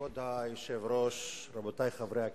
כבוד היושב-ראש, רבותי חברי הכנסת,